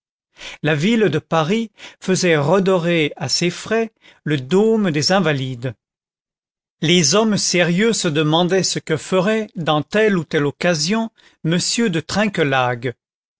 la ville de paris faisait redorer à ses frais le dôme des invalides les hommes sérieux se demandaient ce que ferait dans telle ou telle occasion m de trinquelague